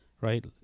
right